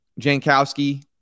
Jankowski